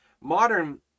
modern